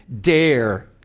dare